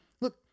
look